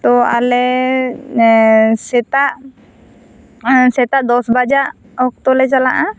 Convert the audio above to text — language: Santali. ᱛᱚ ᱟᱞᱮ ᱥᱮᱛᱟᱜ ᱥᱮᱛᱟᱜ ᱫᱚᱥ ᱵᱟᱡᱟ ᱚᱠᱛᱚ ᱞᱮ ᱪᱟᱞᱟᱜ ᱟ